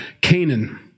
Canaan